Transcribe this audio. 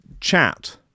chat